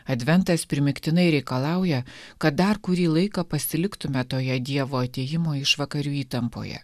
adventas primygtinai reikalauja kad dar kurį laiką pasiliktumėme toje dievo atėjimo išvakarių įtampoje